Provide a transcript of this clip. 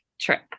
trip